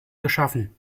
geschaffen